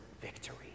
victory